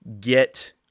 get